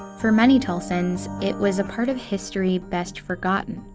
for many tulsans, it was a part of history best forgotten,